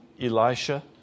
Elisha